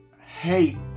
hate